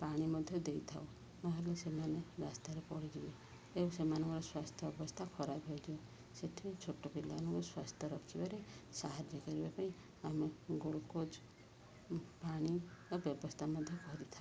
ପାଣି ମଧ୍ୟ ଦେଇଥାଉ ନହେଲେ ସେମାନେ ରାସ୍ତାରେ ପଡ଼ିଯିବେ ଏବଂ ସେମାନଙ୍କର ସ୍ୱାସ୍ଥ୍ୟ ଅବସ୍ଥା ଖରାପ ହେଇଯିବ ସେଥିପାଇଁ ଛୋଟ ପିଲାମାନଙ୍କୁ ସ୍ୱାସ୍ଥ୍ୟ ରଖିବାରେ ସାହାଯ୍ୟ କରିବା ପାଇଁ ଆମେ ଗ୍ଲୁକୋଜ୍ ପାଣି ଆଉ ବ୍ୟବସ୍ଥା ମଧ୍ୟ କରିଥାଉ